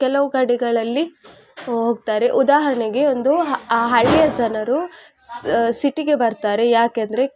ಕೆಲವು ಕಡೆಗಳಲ್ಲಿ ಹೋಗ್ತಾರೆ ಉದಾಹರಣೆಗೆ ಒಂದು ಆ ಹಳ್ಳಿಯ ಜನರು ಸಿಟಿಗೆ ಬರ್ತಾರೆ ಯಾಕೆಂದರೆ